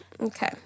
Okay